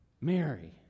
Mary